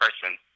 person